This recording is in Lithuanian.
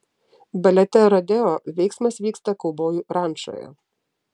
balete rodeo veiksmas vyksta kaubojų rančoje